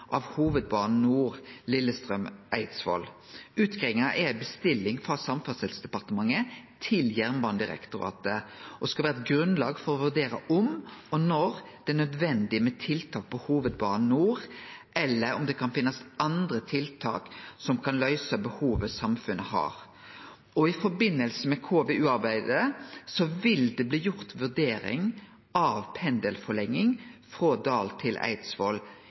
av Hovedbanen Nord, Lillestrøm–Eidsvoll. Utgreiinga er ei bestilling frå Samferdselsdepartementet til Jernbanedirektoratet og skal vere grunnlag for å vurdere om og når det er nødvendig med tiltak på Hovedbanen Nord, eller om det kan finnast andre tiltak som kan løyse behovet samfunnet har. I samband med KVU-arbeidet vil det bli gjort ei vurdering av pendelforlenging frå Dal til